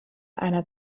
einer